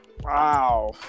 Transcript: Wow